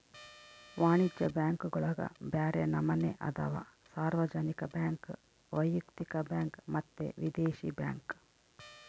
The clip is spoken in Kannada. ವಾಣಿಜ್ಯ ಬ್ಯಾಂಕುಗುಳಗ ಬ್ಯರೆ ನಮನೆ ಅದವ, ಸಾರ್ವಜನಿಕ ಬ್ಯಾಂಕ್, ವೈಯಕ್ತಿಕ ಬ್ಯಾಂಕ್ ಮತ್ತೆ ವಿದೇಶಿ ಬ್ಯಾಂಕ್